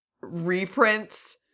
reprints